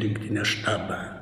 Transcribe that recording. rinktinės štabą